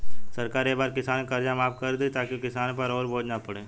सरकार ए बार किसान के कर्जा माफ कर दि ताकि किसान पर अउर बोझ ना पड़े